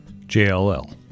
JLL